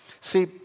See